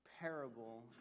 parable